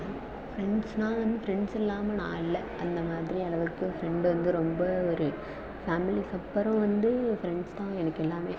ஃப்ரெண்ட்ஸ்ன்னா வந்து ஃப்ரெண்ட்ஸ் இல்லாமல் நான் இல்லை அந்த மாதிரி அளவுக்கு ஃப்ரெண்டு வந்து ரொம்ப ஒரு ஃபேமிலிக்கப்புறம் வந்து ஃப்ரெண்ட்ஸ் தான் எனக்கு எல்லாம்